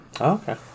Okay